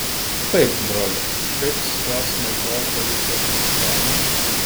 taip broliuk kaip su tuo smarkiuoju policijos kapitonu